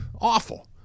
awful